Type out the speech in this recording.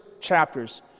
chapters